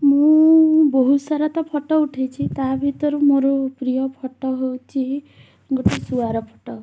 ମୁଁ ବହୁତସାରା ତ ଫୋଟୋ ଉଠେଇଛି ତା ଭିତରୁ ମୋର ପ୍ରିୟ ଫୋଟୋ ହେଉଛି ଗୋଟେ ଶୁଆର ଫୋଟୋ